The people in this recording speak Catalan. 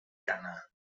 cana